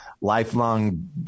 lifelong